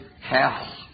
hell